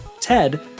Ted